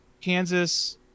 Kansas